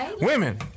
Women